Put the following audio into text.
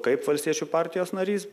kaip valstiečių partijos narys